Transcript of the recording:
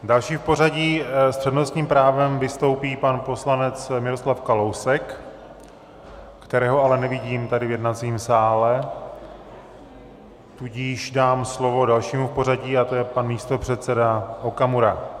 Dalším v pořadí s přednostním právem vystoupí pan poslanec Miroslav Kalousek, kterého ale nevidím tady v jednacím sále, tudíž dám slovo dalšímu v pořadí, a to je pan místopředseda Okamura.